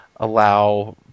allow